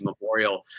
memorial